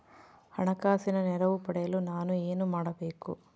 ಹಣಕಾಸಿನ ನೆರವು ಪಡೆಯಲು ನಾನು ಏನು ಮಾಡಬೇಕು?